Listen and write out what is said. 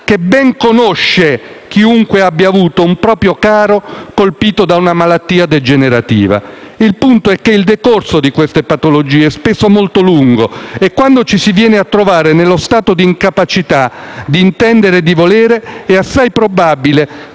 che ben conosce chiunque abbia avuto un proprio caro colpito da una malattia degenerativa. Il punto è che il decorso di queste patologie è spesso molto lungo e, quando ci si viene a trovare nello stato di incapacità di intendere e di volere, è assai probabile